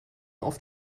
auf